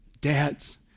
dads